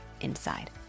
inside